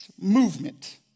movement